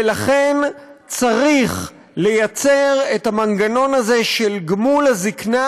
ולכן, צריך לייצר את המנגנון הזה של גמול הזקנה,